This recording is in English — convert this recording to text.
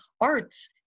Arts